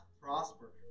prosper